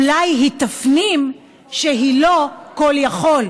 אולי היא תפנים שהיא לא כל-יכול,